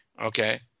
okay